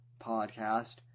podcast